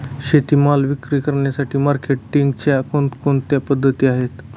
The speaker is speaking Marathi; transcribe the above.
शेतीमाल विक्री करण्यासाठी मार्केटिंगच्या कोणकोणत्या पद्धती आहेत?